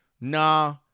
nah